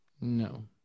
No